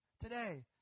Today